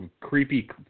creepy